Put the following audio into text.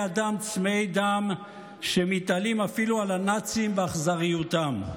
אדם צמאי דם שמתעלים אפילו על הנאצים באכזריותם.